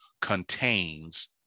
contains